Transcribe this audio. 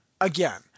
Again